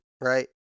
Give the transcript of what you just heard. right